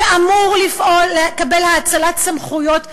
שאמור לקבל האצלת סמכויות מהממשלה,